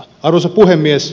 arvoisa puhemies